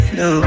no